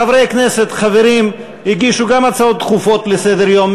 חברי כנסת הגישו גם הצעות דחופות לסדר-יום,